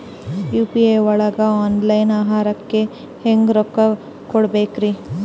UPI ಒಳಗ online ಆಹಾರಕ್ಕೆ ಹೆಂಗ್ ರೊಕ್ಕ ಕೊಡಬೇಕ್ರಿ?